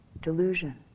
delusion